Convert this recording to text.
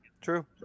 True